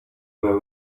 were